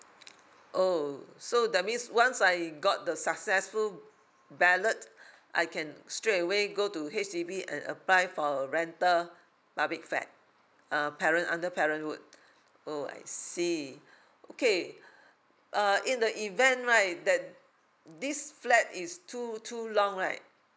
oh so that means once I got the successful ballot I can straight away go to H_D_B and apply for a rental public flat uh parent under parenthood oh I see okay uh in the event right that this flat is too too long right